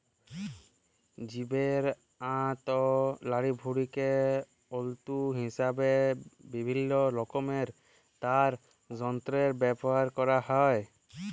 জীবের আঁত অ লাড়িভুঁড়িকে তল্তু হিসাবে বিভিল্ল্য রকমের তার যল্তরে ব্যাভার ক্যরা হ্যয়